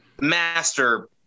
Master